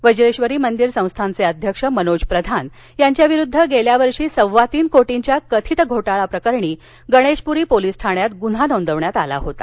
वज्रेक्षरी मंदिर संस्थानाचे अध्यक्ष मनोज प्रधान यांच्याविरुद्ध गेल्या वर्षी सव्वातीन कोर्टीच्या कथित घोटाळा प्रकरणी गणेशपुरी पोलीस ठाण्यात गुन्हा नोंदवण्यात आला होता